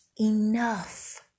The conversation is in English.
enough